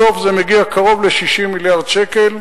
בסוף זה מגיע קרוב ל-60 מיליארד שקל.